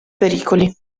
pericoli